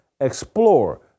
explore